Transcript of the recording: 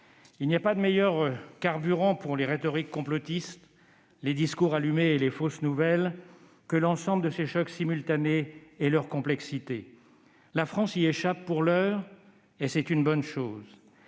Il n'y a pas de meilleur carburant pour les rhétoriques complotistes, les discours allumés et les fausses nouvelles que l'ensemble de ces chocs simultanés et leur complexité. Très bien ! La France y échappe pour l'heure et c'est une bonne chose.